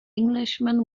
englishman